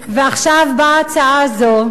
ועכשיו באה ההצעה הזאת,